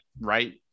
right